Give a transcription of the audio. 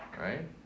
right